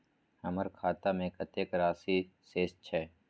हमर खाता में कतेक राशि शेस छै?